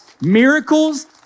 Miracles